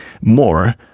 more